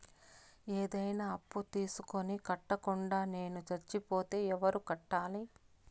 ఏదైనా అప్పు తీసుకొని కట్టకుండా నేను సచ్చిపోతే ఎవరు కట్టాలి?